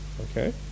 Okay